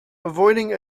avoiding